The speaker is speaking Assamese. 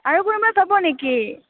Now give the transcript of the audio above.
আৰু কোনোবা যাব নেকি